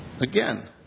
Again